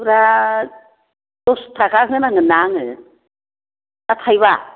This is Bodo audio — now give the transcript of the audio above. सुतआ दस थाखा होनांगोन ना आङो ना थाइबा